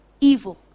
evil